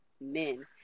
men